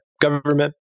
government